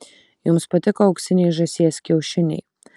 jums patiko auksiniai žąsies kiaušiniai